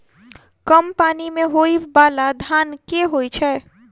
कम पानि मे होइ बाला धान केँ होइ छैय?